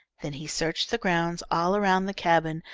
then he searched the ground, all around the cabin,